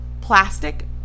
plastic